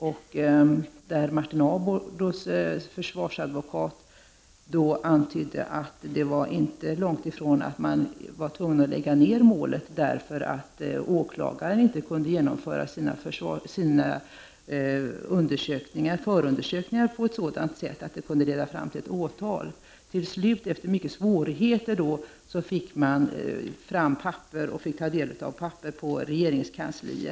Martin Ardbos försvarsadvokat antydde då att det inte var långt ifrån att man var tvungen att lägga ned målet eftersom åklagaren inte kunde genomföra sina förundersökningar på ett sådant sätt att de kunde leda fram till ett åtal. Till slut, efter många svårigheter, fick man ta del av papperna på regeringskansliet.